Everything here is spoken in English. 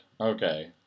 Okay